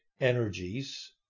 energies